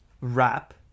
Wrap